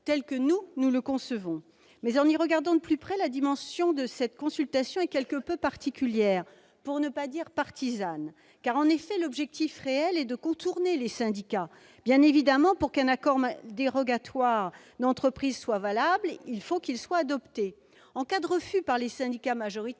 tel que nous le concevons, mais, en y regardant de plus près, la dimension de cette consultation est quelque peu particulière, pour ne pas dire partisane. En effet, l'objectif réel de cette disposition est de contourner les syndicats. Bien évidemment, pour qu'un accord dérogatoire d'entreprise soit valable, il faut qu'il soit adopté. La loi El Khomri a déjà permis